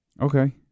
Okay